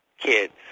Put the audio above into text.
kids